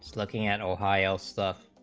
looking at ohio staff